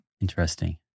Interesting